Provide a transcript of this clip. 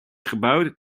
gebouwd